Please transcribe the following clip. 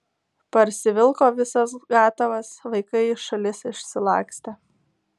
parsivilko visas gatavas vaikai į šalis išsilakstė